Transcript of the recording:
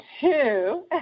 two